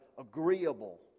agreeable